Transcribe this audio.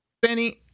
Benny